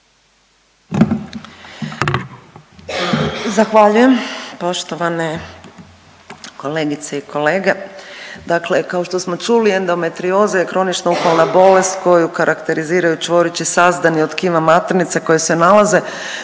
Zahvaljujem. Poštovane kolegice i kolege.